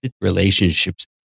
relationships